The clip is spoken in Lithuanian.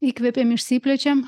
įkvepiam išsiplečiam